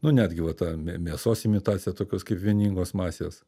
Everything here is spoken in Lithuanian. nu netgi va ta mė mėsos imitacija tokios kaip vieningos masės